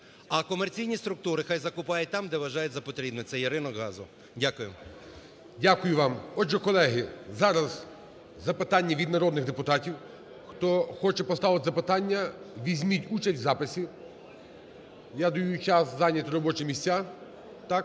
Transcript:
А комерційні структури хай закупають там, де вважають за потрібне. Це є ринок газу. Дякую. ГОЛОВУЮЧИЙ. Дякую вам. Отже, колеги, зараз запитання від народних депутатів. Хто хоче поставити запитання, візьміть участь у записі. Я даю час зайняти робочі місця, так.